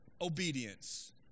obedience